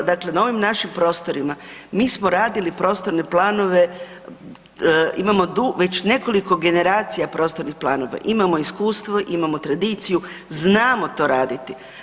U .../nerazumljivo/... dakle na ovim našim prostorima, mi smo radili prostorne planove, imamo .../nerazumljivo/... već nekoliko generacija prostornih planova, imamom iskustvo, imamo tradiciju, znamo to raditi.